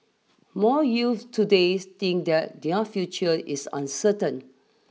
more youths today think that their future is uncertain